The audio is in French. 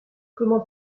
comment